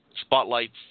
spotlights